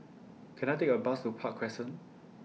Can I Take A Bus to Park Crescent